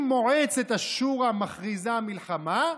אם מועצת השורא מכריזה מלחמה,